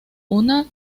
una